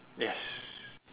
yes